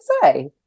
say